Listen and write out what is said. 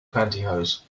pantyhose